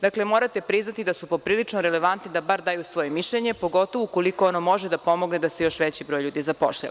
Dakle, morate priznati da su poprilično relevantni da daju svoje mišljenje, pogotovo ukoliko ono može da pomogne da se još veći broj zapošljava.